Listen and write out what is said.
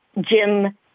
Jim